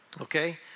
okay